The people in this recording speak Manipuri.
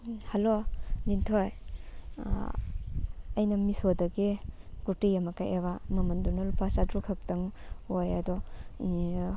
ꯍꯜꯂꯣ ꯂꯤꯟꯊꯣꯏ ꯑꯩꯅ ꯃꯤꯁꯣꯗꯒꯤ ꯀꯨꯔꯇꯤ ꯑꯃ ꯀꯛꯑꯦꯕ ꯃꯃꯟꯗꯨꯅ ꯂꯨꯄꯥ ꯆꯥꯇ꯭ꯔꯨꯛ ꯈꯛꯇꯪ ꯑꯣꯏ ꯑꯗꯣ